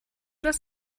das